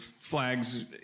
flag's